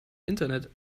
internet